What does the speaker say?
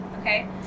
okay